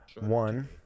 One